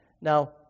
Now